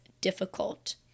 difficult